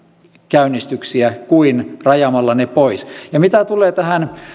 käynnistyksiä kuin rajaamalla ne pois ja mitä tulee tähän